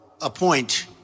appoint